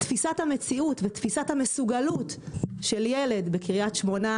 תפיסת המציאות ותפיסת המסוגלות של ילד בקריית שמונה,